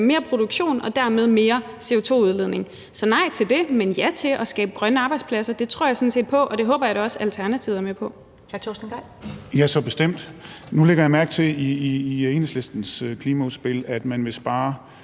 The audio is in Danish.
mere produktion og dermed mere CO2-udledning. Så nej til det, men ja til at skabe grønne arbejdspladser. Det tror jeg sådan set på, og det håber jeg da også Alternativet er med på. Kl. 14:56 Første næstformand (Karen Ellemann): Hr.